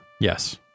yes